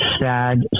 sad